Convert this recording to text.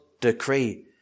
decree